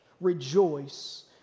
rejoice